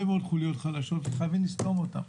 מאוד חוליות חלשות וחייבים לסתום אותן.